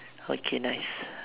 okay nice